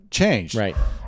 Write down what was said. Right